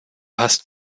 hast